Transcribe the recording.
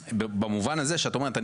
במובן הזה שאת אומרת,